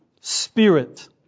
spirit